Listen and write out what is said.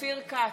אופיר כץ,